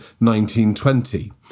1920